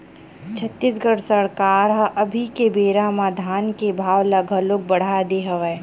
छत्तीसगढ़ सरकार ह अभी के बेरा म धान के भाव ल घलोक बड़हा दे हवय